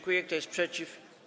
Kto jest przeciw?